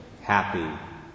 happy